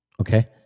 okay